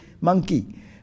monkey